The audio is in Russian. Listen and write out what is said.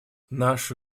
наши